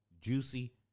Juicy